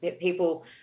People